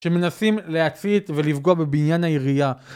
שמנסים להתסיס, ולפגוע בבניין העירייה